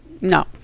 No